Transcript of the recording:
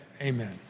amen